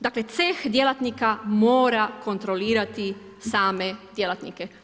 Dakle, ceh djelatnika mora kontrolirati same djelatnike.